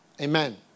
Amen